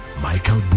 Michael